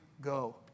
go